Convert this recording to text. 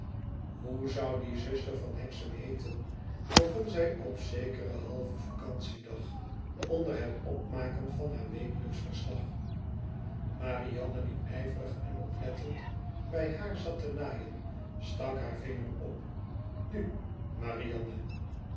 hoe zou die zuster van hexamheeten begon zij op zekeren halven vacantiedag onder het opmaken van haar wekelijksch verslag marianne die ijverig en oplettend bij haar zat te naaien stak haar vinger op nu marianne